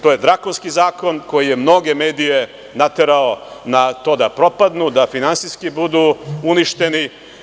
To je drakonski zakon koji je mnoge medije naterao na to da propadnu, da finansijski budu uništeni.